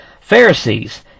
Pharisees